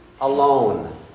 alone